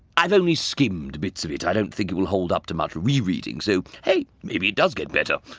i've only skimmed bits of it, i don't think it will hold up to much re-reading, so, hey, maybe it does get better.